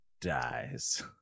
dies